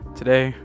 today